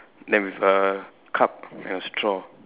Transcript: then with a cup and a straw